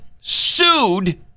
sued